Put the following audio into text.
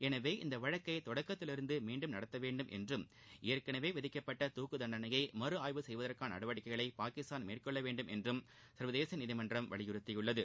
எனவே இந்த வழக்கை தொடக்கத்திலிருந்து மீண்டும் நடத்தவேண்டும் என்றும் ஏற்கனவே விதிக்கப்பட்ட துக்கு தண்டணையை மறு ஆய்வு செய்வதற்கான நடவடிக்கைகளை பாகிஸ்தான் மேற்கொள்ளவேண்டும் என்றும் சர்வதேச நீதிமன்றம் வலியுறுத்தியுள்ளது